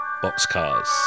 Boxcars